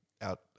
out